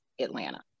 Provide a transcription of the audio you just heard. Atlanta